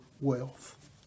wealth